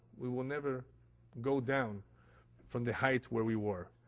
we will never go down from the height where we were.